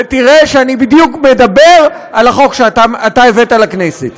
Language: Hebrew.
ותראה שאני בדיוק מדבר על החוק שאתה הבאת לכנסת.